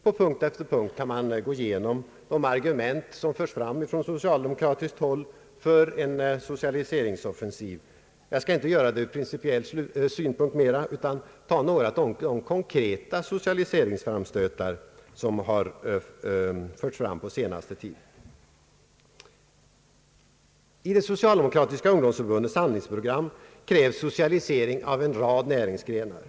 På punkt efter punkt kan man så igenom de argument som förs fram från socialdemokratiskt håll för en socialiseringsoffensiv. Jag skall inte göra det mera från principiell synpunkt utan ta upp några konkreta socialiseringsframstötar, som förts fram på senaste tiden. I det socialdemokratiska ungdomsförbundets handlingsprogram krävs socialisering av en rad näringsgrenar.